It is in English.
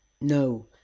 No